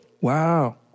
Wow